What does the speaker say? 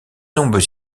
nombreux